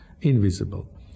invisible